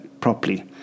properly